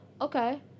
okay